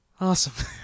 Awesome